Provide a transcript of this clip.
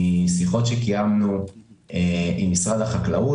משיחות שקיימנו עם משרד החקלאות,